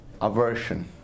Aversion